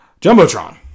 Jumbotron